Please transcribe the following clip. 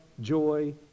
joy